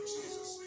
Jesus